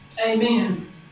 amen